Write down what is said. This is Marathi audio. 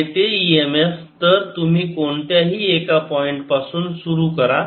आणि ते इ एम एफ तर तुम्ही कोणत्याही एका पॉइंट पासून सुरू करा